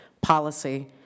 policy